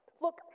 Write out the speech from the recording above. Look